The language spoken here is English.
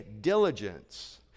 diligence